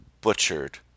butchered